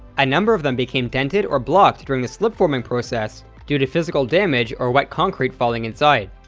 a number of them became dented or blocked during the slip-forming process due to physical damage or wet concrete falling inside.